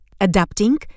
Adapting